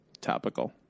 topical